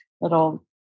little